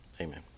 Amen